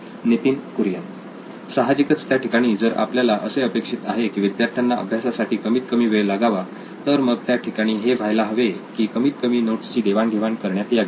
नितीन कुरियन सहाजिकच त्या ठिकाणी जर आपल्याला असे अपेक्षित आहे की विद्यार्थ्यांना अभ्यासासाठी कमीत कमी वेळ लागावा तर मग त्या ठिकाणी हे व्हायला हवे की कमीत कमी नोट्स ची देवाण घेवाण करण्यात यावी